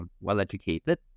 well-educated